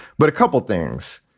but a couple of things.